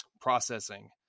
processing